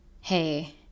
hey